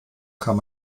kann